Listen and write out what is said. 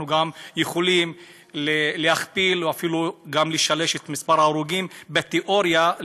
אנחנו יכולים להכפיל או אפילו לשלש את מספר ההרוגים בתיאוריה,